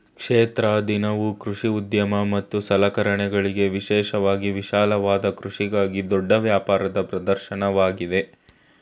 ಕ್ಷೇತ್ರ ದಿನವು ಕೃಷಿ ಉದ್ಯಮ ಮತ್ತು ಸಲಕರಣೆಗಳಿಗೆ ವಿಶೇಷವಾಗಿ ವಿಶಾಲವಾದ ಕೃಷಿಗಾಗಿ ದೊಡ್ಡ ವ್ಯಾಪಾರದ ಪ್ರದರ್ಶನವಾಗಯ್ತೆ